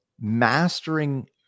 mastering